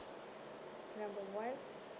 number one